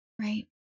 Right